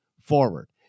forward